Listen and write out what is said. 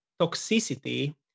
toxicity